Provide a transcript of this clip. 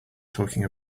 talking